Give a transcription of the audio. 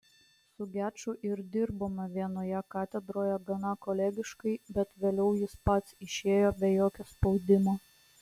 su geču ir dirbome vienoje katedroje gana kolegiškai bet vėliau jis pats išėjo be jokio spaudimo